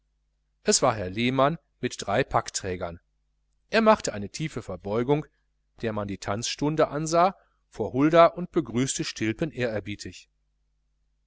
es war herr lehmann mit drei packträgern er machte eine tiefe verbeugung der man die tanzstunde ansah vor hulda und begrüßte stilpen ehrerbietig